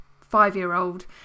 five-year-old